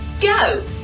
Go